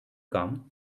come